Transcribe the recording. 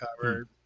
covered